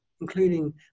including